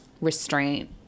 restraint